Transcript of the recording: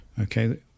okay